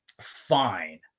Fine